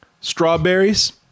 Strawberries